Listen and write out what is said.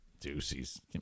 Deuces